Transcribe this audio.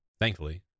Thankfully